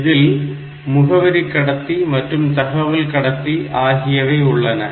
இதில் முகவரி கடத்தி மற்றும் தகவல் கடத்தி ஆகியவை உள்ளன